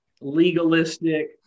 legalistic